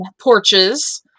porches